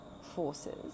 forces